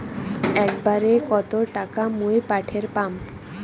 একবারে কত টাকা মুই পাঠের পাম?